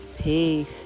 peace